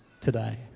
today